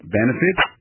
benefits